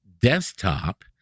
desktop